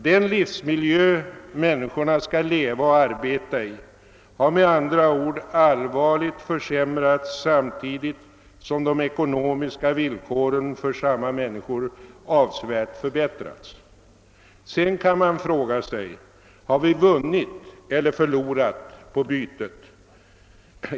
Den livsmiljö människorna skall leva och arbeta i har med andra ord allvarligt försämrats samtidigt som de ekonomiska villkoren för samma människor avsevärt förbättrats. Sedan kan man fråga sig: Har vi vunnit eller förlorat på bytet?